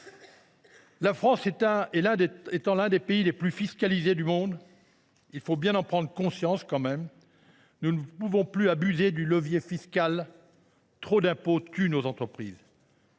La France étant l’un des pays les plus fiscalisés du monde – il faut en avoir conscience –, nous ne pouvons plus abuser du levier fiscal. Le « trop d’impôt » tue nos entreprises.